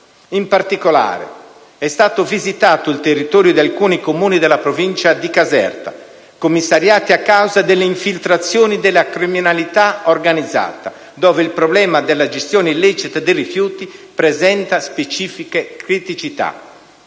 In particolare, è stato visitato il territorio di alcuni Comuni della provincia di Caserta, commissariati a causa delle infiltrazioni della criminalità organizzata, dove il problema della gestione illecita dei rifiuti presenta specifiche criticità.